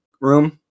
room